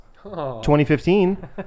2015